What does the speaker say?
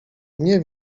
nie